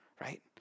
right